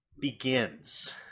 begins